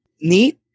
neat